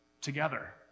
together